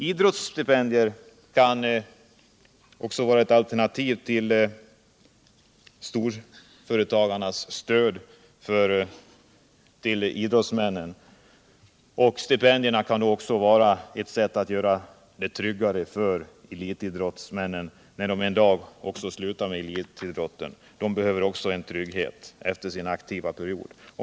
Idrottsstipendier kan också vara ett alternativ till storföretagarnas stöd till idrottsmän. Stipendierna kan vara ett sätt att göra det tryggare för elitidrottsmän när de en dag slutar med idrotten — de behöver också en trygghet efter sin aktiva period.